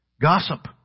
Gossip